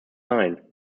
nine